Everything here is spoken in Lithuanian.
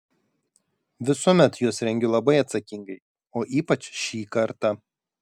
visuomet juos rengiu labai atsakingai o ypač šį kartą